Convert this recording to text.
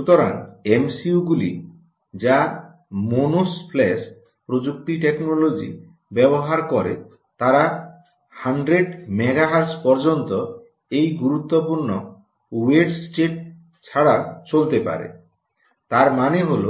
সুতরাং এমসিইউ গুলি যা মনোস ফ্ল্যাশ প্রযুক্তি ব্যবহার করে তারা 100 মেগাওয়ার্টজ পর্যন্ত এই গুরুত্বপূর্ণ ওয়েট স্টেট ছাড়াই চলতে পারে তার মানে হল